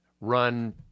run